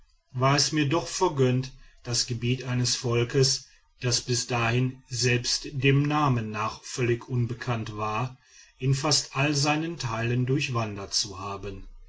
war es mir doch vergönnt das gebiet eines volkes das bis dahin selbst dem namen nach völlig unbekannt war in fast allen seinen teilen durchwandert zu haben